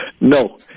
No